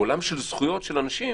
בעולם של זכויות של אנשים,